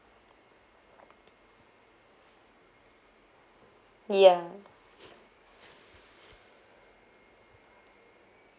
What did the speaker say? ya